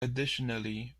additionally